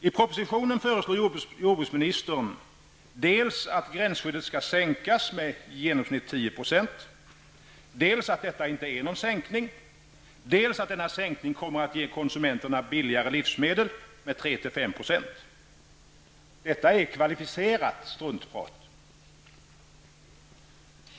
I propostionen föreslår jordbruksministern att gränsskyddet skall sänkas med genomsnittligt 10 %, att detta inte är någon sänkning, och att denna sänkning kommer att ge konsumenterna billigare livsmedel med 3--5 %. Detta är kvalificerat struntprat.